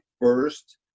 first